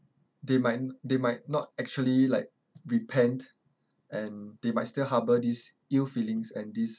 they might n~ they might not actually like repent and they might still harbour these ill feelings and these